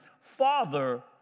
father